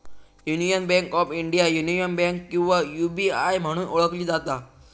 union Bank of India, Union Bank किंवा UBI म्हणून ओळखली जाता